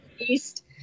East